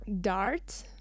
dart